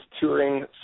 touring